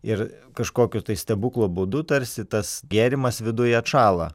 ir kažkokiu tai stebuklo būdu tarsi tas gėrimas viduje atšąla